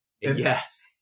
Yes